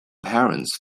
parents